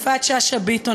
יפעת שאשא ביטון,